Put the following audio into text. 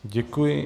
Děkuji.